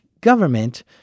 government